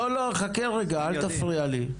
לא, חכה רגע אל תפריע לי.